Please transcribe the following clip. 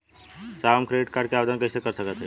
साहब हम credit card क आवेदन कइसे कर सकत हई?